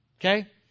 Okay